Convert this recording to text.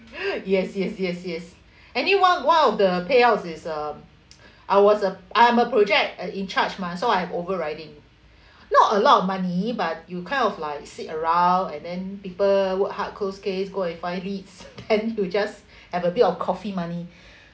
yes yes yes yes any one one of the payout is um I was a I'm a project uh in charge mah so I overriding not a lot of money but you kind of like sit around and then people work hard close case go and find leads then you just have a bit of coffee money